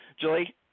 Julie